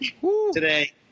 today